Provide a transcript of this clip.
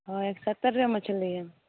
हँ एक सओ सत्तरि रुपैआ मछली हइ